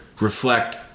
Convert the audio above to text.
reflect